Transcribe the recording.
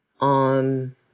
on